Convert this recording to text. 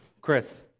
Chris